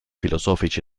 filosofici